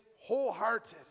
Wholehearted